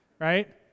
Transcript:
Right